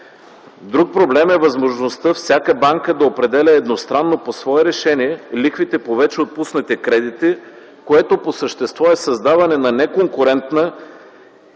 Друг проблем е възможността всяка банка да определя едностранно по свое решение лихвите по вече отпуснати кредити, което по същество е създаване на неконкурентна